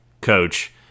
coach